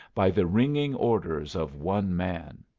by the ringing orders of one man.